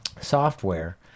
software